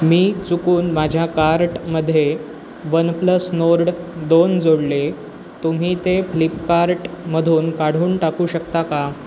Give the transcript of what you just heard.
मी चुकून माझ्या कार्टमध्ये वनप्लस नोर्ड दोन जोडले तुम्ही ते फ्लिपकार्टमधून काढून टाकू शकता का